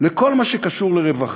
לכל מה שקשור לרווחה,